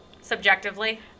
Subjectively